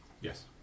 Yes